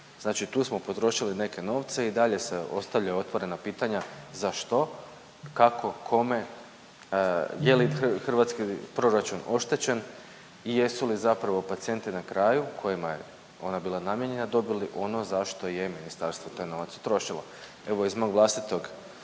Znači tu smo potrošili neke novce, i dalje se ostavljaju otvorena pitanja za što, kako, kome, je li hrvatski proračun oštećen i jesu li zapravo pacijenti na kraju, kojima je ona bila namijenjena, dobili ono zašto je ministarstvo taj novac utrošilo. Evo iz mog vlastitog